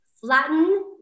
flatten